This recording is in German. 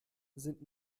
sind